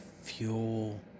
fuel